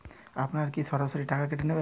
আপনারা কি সরাসরি টাকা কেটে নেবেন?